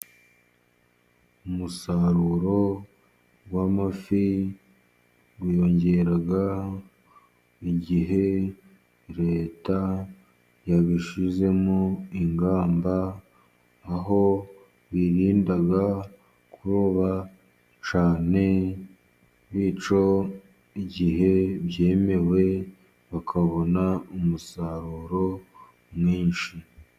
Umusaruro w'amafi wiyongera igihe Leta yabishyizemo ingamba, aho birinda kuroba cyane, bityo igihe byemewe bakabona umusaruro mwinshi.